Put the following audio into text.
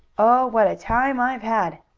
oh, what a time i've had!